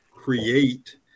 create